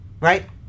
right